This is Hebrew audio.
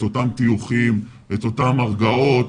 את אותם טיוחים ואת אותן הרגעות,